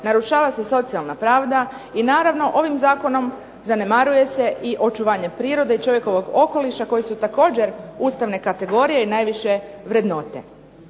narušava se socijalna pravda i naravno, ovim zakonom zanemaruje se i očuvanje prirode i čovjekovog okoliša koji su također ustavne kategorije i najviše vrednote.